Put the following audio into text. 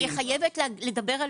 אני חייבת לדבר על